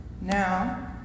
Now